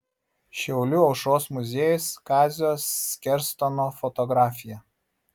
šiaulių aušros muziejus kazio skerstono fotografija